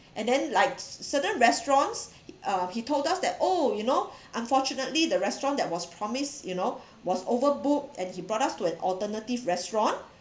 and then like certain restaurants uh he told us that oh you know unfortunately the restaurant that was promised you know was overbooked and he brought us to an alternative restaurant